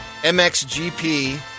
MXGP